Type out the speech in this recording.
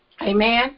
Amen